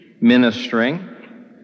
ministering